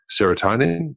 serotonin